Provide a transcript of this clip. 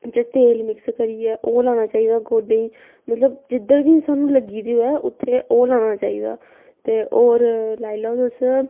च तेल मिक्स करियै ओह् लाना चाहिदा गोड्डें गी मतलब जिद्धर बी सानूं लग्गी दी होऐ उत्थै ओह् लाना चाहिदा ते होर लाई लैओ तुस